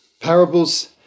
Parables